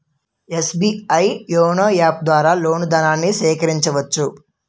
SBI YONO app ద్వారా loan ధనాన్ని సేకరించవచ్చు